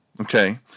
Okay